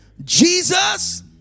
Jesus